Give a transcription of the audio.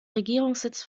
regierungssitz